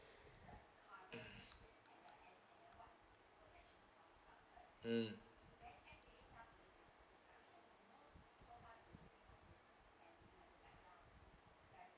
mm